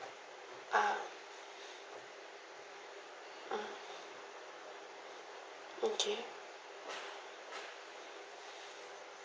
ah uh okay